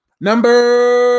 Number